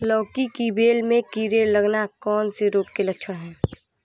लौकी की बेल में कीड़े लगना कौन से रोग के लक्षण हैं?